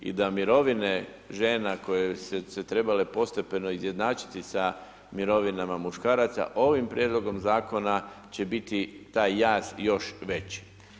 I da mirovine žena koje su se trebale postepeno izjednačiti sa mirovinama muškaraca ovim prijedlogom zakona će biti taj jaz još veći.